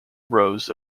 rows